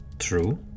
true